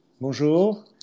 Bonjour